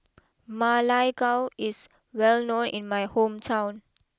Ma Lai Gao is well known in my hometown